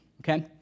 okay